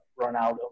Ronaldo